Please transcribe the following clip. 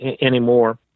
anymore